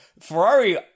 Ferrari